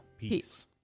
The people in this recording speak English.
Peace